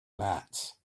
mats